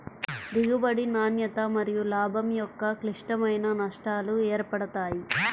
దిగుబడి, నాణ్యత మరియులాభం యొక్క క్లిష్టమైన నష్టాలు ఏర్పడతాయి